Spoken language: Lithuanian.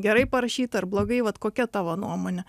gerai parašyta ar blogai vat kokia tavo nuomonė